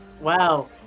wow